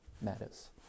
matters